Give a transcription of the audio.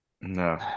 No